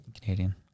Canadian